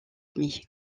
demi